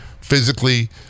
physically